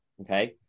Okay